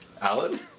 Alan